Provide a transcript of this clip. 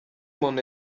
mon